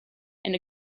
and